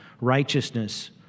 righteousness